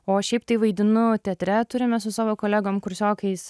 o šiaip tai vaidinu teatre turime su savo kolegom kursiokais